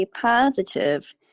positive